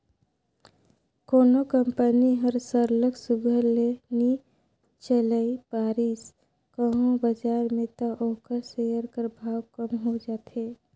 कोनो कंपनी हर सरलग सुग्घर ले नी चइल पारिस कहों बजार में त ओकर सेयर कर भाव कम हो जाथे